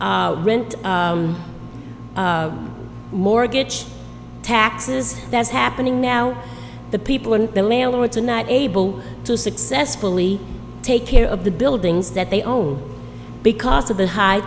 rent mortgage taxes that's happening now the people in the landlords are not able to successfully take care of the buildings that they own because of the high